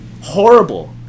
horrible